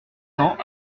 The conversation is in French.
cents